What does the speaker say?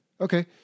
Okay